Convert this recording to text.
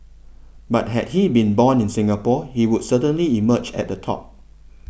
but had he been born in Singapore he would certainly emerge at the top